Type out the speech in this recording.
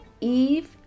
Eve